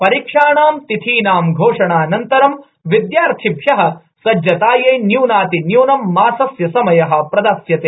परीक्षायाः तिथीनां घोषणानन्तरं विद्यार्थिभ्यः सज्जतायै न्यान्तिन्यूनम मासस्य समयः प्रदास्यते